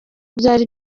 byari